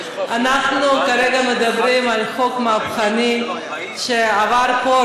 אנחנו כרגע מדברים על חוק מהפכני שעבר פה,